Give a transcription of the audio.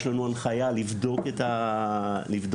יש לנו הנחיה לבדוק את האוטובוס.